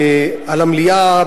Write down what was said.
במליאה,